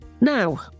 Now